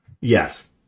yes